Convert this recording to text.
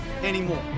anymore